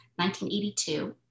1982